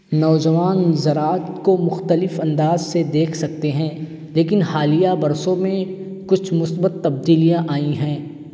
نوجوان زراعت کو مختلف انداز سے دیکھ سکتے ہیں لیکن حالیہ برسوں میں کچھ مثبت تبدیلیاں آئی ہیں